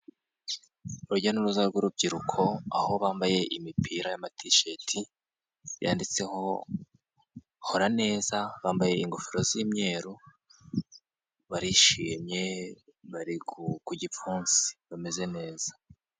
Urujya n'uruza rw'urubyiruko, aho bambaye imipira y'ama tisheti, yanditseho hora neza, bambaye ingofero z'imyeru, barishimye bari ku gipfunsi, bameze neza.